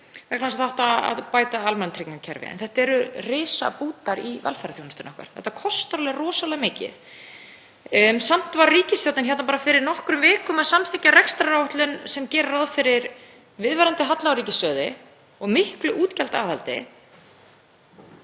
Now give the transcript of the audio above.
vegna þess að það átti að bæta almannatryggingakerfið. En þetta eru risabútar í velferðarþjónustunni okkar, þetta kostar alveg rosalega mikið en samt var ríkisstjórnin bara fyrir nokkrum vikum að samþykkja rekstraráætlun sem gerir ráð fyrir viðvarandi halla á ríkissjóði og miklu útgjaldaaðhaldi.